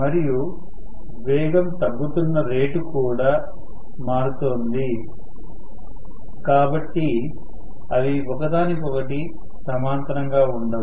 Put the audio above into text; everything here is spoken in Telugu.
మరియు వేగం తగ్గుతున్న రేటు కూడా మారుతోంది కాబట్టి అవి ఒకదానికొకటి సమాంతరంగా ఉండవు